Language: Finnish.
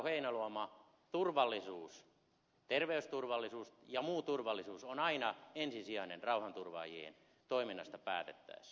heinäluoma turvallisuus terveysturvallisuus ja muu turvallisuus on aina ensisijainen asia rauhanturvaajien toiminnasta päätettäessä